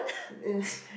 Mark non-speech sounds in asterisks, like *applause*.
it's *breath*